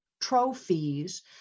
trophies